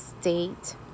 state